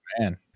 Man